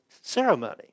ceremony